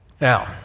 Now